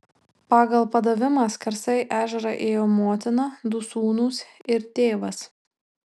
pagal padavimą skersai ežerą ėjo motina du sūnūs ir tėvas